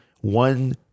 one